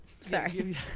Sorry